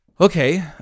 Okay